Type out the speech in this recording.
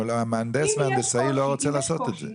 מהנדס והנדסאי לא רוצה לעשות את זה.